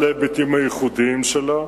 על ההיבטים הייחודיים שלה,